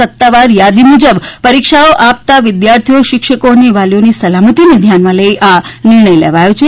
સત્તાવાળા યાદી મુજબ પરીક્ષાઓ આપતા વિદ્યાર્થીઓ શિક્ષકો અને વાલીઓની સલામતીને ધ્યાનમાં લઈને આ નિર્ણય લેવાયો છે